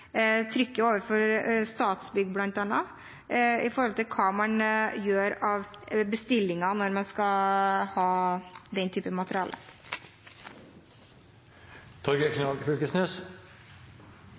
trykket overfor bl.a. Statsbygg, når det gjelder hva man gjør av bestillinger når man skal ha denne type